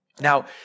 Now